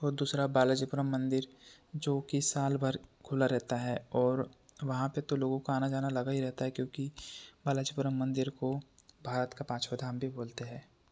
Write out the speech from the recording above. और दूसरा बालाजीपुरम मंदिर जो की साल भर खुला रहता है और वहाँ पर तो लोगों का आना जाना लगा ही रहता है क्योकि बालाजीपुर मंदिर को भारत का पाँचवा धाम भी कहते हैं